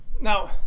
now